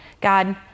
God